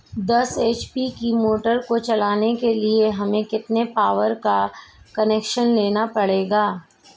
दस एच.पी की मोटर को चलाने के लिए हमें कितने पावर का कनेक्शन लेना पड़ेगा?